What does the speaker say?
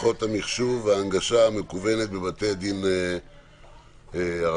מערכות המחשוב וההנגשה המקוונת בבתי-הדין הרבניים.